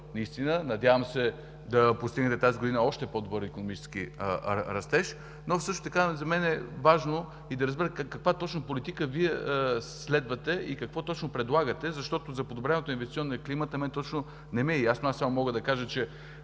наистина добър. Надявам се да постигнете тази година още по-добър икономически растеж, но също така за мен е важно и да разбера каква точно политика Вие следвате и какво точно предлагате, защото за подобряването на инвестиционния климат на мен точно не ми е ясно, само мога да кажа, че